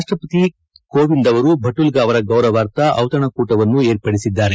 ರಾಷ್ಪಪತಿ ಕೋವಿಂದ್ ಅವರು ಭಟುಲ್ಗಾ ಅವರ ಗೌರವಾರ್ಥ ದಿತಣಕೂಟವನ್ನೂ ಏರ್ಪಡಿಸಿದ್ದಾರೆ